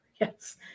Yes